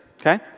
okay